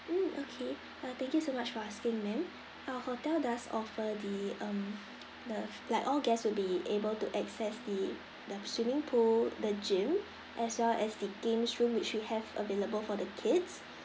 mm okay uh thank you so much for asking ma'am our hotel does offer the um the like all guests will be able to access the the swimming pool the gym as well as the games room which we have available for the kids